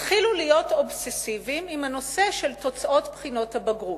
התחילו להיות אובססיביים בנושא של תוצאות בחינות הבגרות,